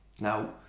now